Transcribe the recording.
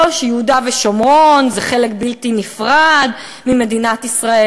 שיהודה ושומרון הם חלק בלתי נפרד ממדינת ישראל.